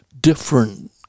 different